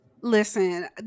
Listen